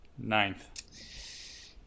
Ninth